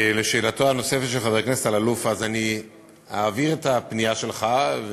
לשאלתו הנוספת של חבר הכנסת אלאלוף: אעביר את הפנייה שלך.